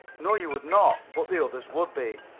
no, you would not, but the others would be.